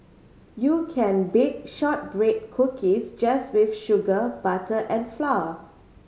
you can bake shortbread cookies just with sugar butter and flour